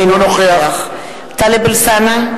אינו נוכח טלב אלסאנע,